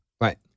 Right